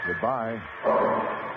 goodbye